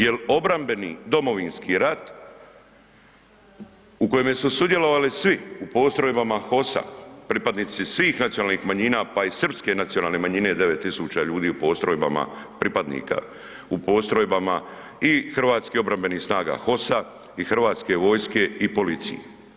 Jer obrambeni Domovinski rat u kojemu su sudjelovali svi u postrojbama HOS-a, pripadnici svih nacionalnih manjina, pa i srpske nacionalne manjine, 9 tisuća ljudi u postrojbama, pripadnika u postrojbama i Hrvatskih obrambenih snaga, HOS-a i Hrvatske vojske i policije.